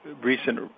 recent